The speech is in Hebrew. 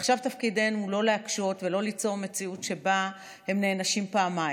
ועכשיו תפקידנו לא להקשות ולא ליצור מציאות שבה הם נענשים פעמיים,